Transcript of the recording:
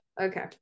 Okay